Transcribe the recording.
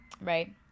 Right